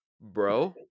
Bro